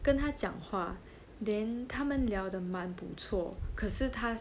跟他讲话 then 他们聊得蛮不错可是他